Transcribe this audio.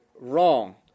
wrong